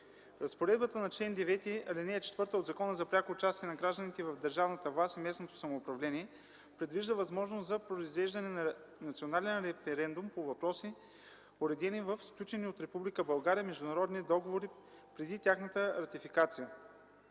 Разпоредбата на чл. 9, ал. 4 от Закона за пряко участие на гражданите в държавната власт и местното самоуправление предвижда възможност за произвеждане на национален референдум по въпроси, уредени в сключени от Република България международни договори преди тяхната ратификация.